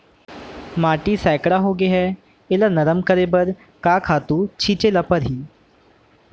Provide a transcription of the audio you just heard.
माटी सैकड़ा होगे है एला नरम करे बर का खातू छिंचे ल परहि?